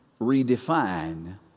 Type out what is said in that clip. redefine